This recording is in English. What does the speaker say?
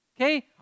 Okay